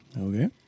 Okay